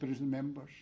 members